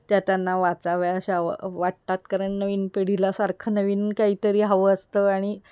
त्या त्यांना वाचाव्याशा व वाटतात कारण नवीन पिढीला सारखं नवीन काहीतरी हवं असतं आणि